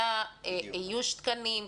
תנאי תקינה, איוש תקנים.